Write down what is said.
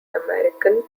american